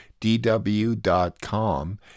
DW.com